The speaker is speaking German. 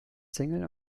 single